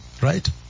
right